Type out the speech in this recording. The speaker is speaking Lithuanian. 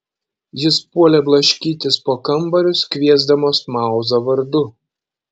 jis puolė blaškytis po kambarius kviesdamas mauzą vardu